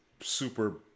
super